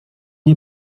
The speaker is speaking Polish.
nie